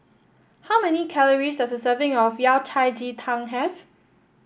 how many calories does a serving of Yao Cai Ji Tang have